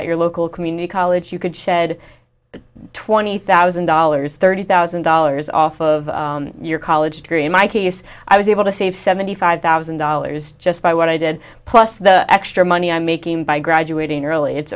at your local community college you could shed twenty thousand dollars thirty thousand dollars off of your college degree in my case i was able to save seventy five thousand dollars just by what i did plus the extra money i'm making by graduating early it's